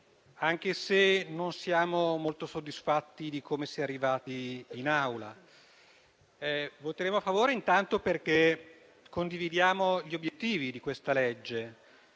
anche se non siamo molto soddisfatti di come si è arrivati in Aula. Voteremo a favore intanto perché condividiamo gli obiettivi di questo disegno